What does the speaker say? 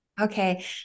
Okay